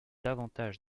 davantage